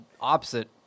opposite